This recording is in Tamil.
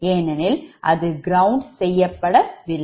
ஏனெனில் அது ground செய்யப்படவில்லை